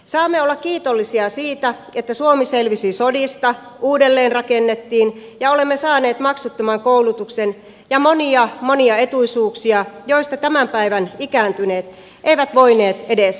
saamme olla kiitollisia siitä että suomi selvisi sodista uudelleenrakennettiin ja olemme saaneet maksuttoman koulutuksen ja monia monia etuisuuksia joista tämän päivän ikääntyneet eivät voineet edes haaveilla